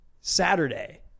Saturday